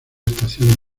estación